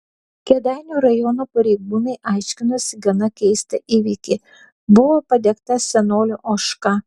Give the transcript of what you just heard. kėdainių rajono pareigūnai aiškinosi gana keistą įvykį buvo padegta senolio ožka